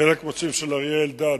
חלק מהנושאים של אריה אלדד,